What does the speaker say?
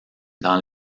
dans